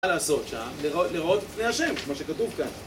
מה לעשות שם? להיראות, לראות את פני השם, כמו שכתוב כאן.